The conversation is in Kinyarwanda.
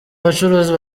bacuruzi